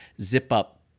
zip-up